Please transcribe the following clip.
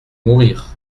mourir